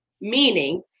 Meaning